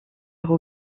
faire